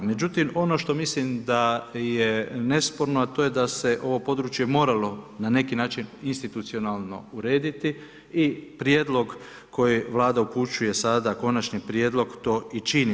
Međutim, ono što mislim da je nesporno, a to je da se ovo područje moralo na neki način institucionalno urediti i prijedlog koji Vlada upućuje sada konačni prijedlog, to i čini.